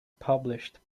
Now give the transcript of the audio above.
published